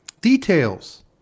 Details